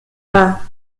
war